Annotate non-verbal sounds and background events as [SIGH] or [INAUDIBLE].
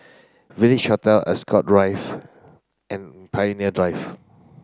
Village Hotel Ascot [UNINTELLIGIBLE] and Pioneer Drive